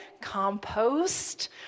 compost